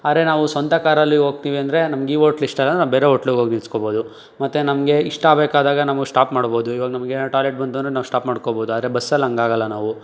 ಆದರೆ ನಾವು ಸ್ವಂತ ಕಾರಲ್ಲಿ ಹೋಗ್ತಿವಂದ್ರೆ ನಮಗೆ ಈ ಹೋಟ್ಲ್ ಇಷ್ಟಾಯಿಲ್ಲಾಂದ್ರೆ ನಾವು ಬೇರೆ ಹೋಟ್ಲಿಗೆ ಹೋಗಿ ನಿಲ್ಸ್ಕೋಬೋದು ಮತ್ತೆ ನಮಗೆ ಇಷ್ಟ ಆಗಬೇಕಾದಾಗ ನಾವು ಸ್ಟಾಪ್ ಮಾಡ್ಬೋದು ಈವಾಗ ನಮಗೆ ಏನಾದರೂ ಟಾಯ್ಲೆಟ್ ಬಂತು ಅಂದರೆ ನಾವು ಸ್ಟಾಪ್ ಮಾಡ್ಕೋಬೋದು ಆದರೆ ಬಸ್ಸಲ್ಲಿ ಹಾಗಾಗಲ್ಲ ನಾವು